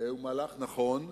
הוא מהלך נכון.